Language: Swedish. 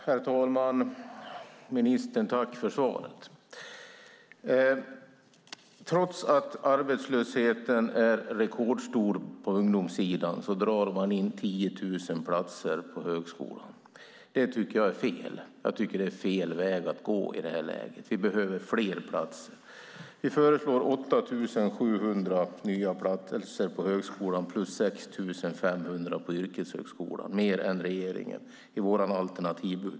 Herr talman! Tack, ministern, för svaret! Trots att arbetslösheten är rekordstor på ungdomssidan drar man in 10 000 platser på högskolan. Det tycker jag är fel väg att gå i det här läget. Vi behöver fler platser. Vi föreslår i vår alternativbudget 8 700 nya platser på högskolan plus 6 500 på yrkeshögskolan mer än regeringen.